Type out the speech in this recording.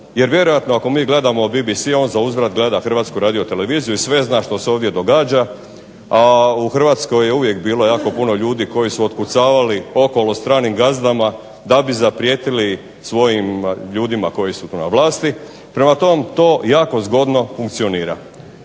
Jer vjerojatno ako mi gledamo BBC on za uzvrat gleda HRT i sve zna što se ovdje događa. A u Hrvatskoj je uvijek bilo ljudi koji su otkucavali okolo stranim gazdama da bi zaprijetili svojim ljudima koji su na vlasti. Prema tome, to jako zgodno funkcionira.